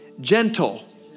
gentle